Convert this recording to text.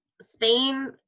Spain